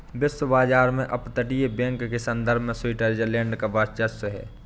वैश्विक बाजार में अपतटीय बैंक के संदर्भ में स्विट्जरलैंड का वर्चस्व है